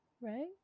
Right